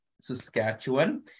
Saskatchewan